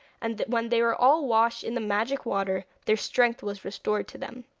and when they were all washed in the magic water their strength was restored to them.